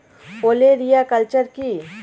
ওলেরিয়া কালচার কি?